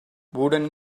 wooden